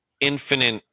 infinite